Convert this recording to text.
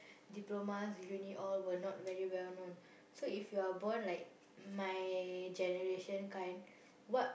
diploma uni all were not very well known so if you were born like my generation kind what